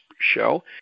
show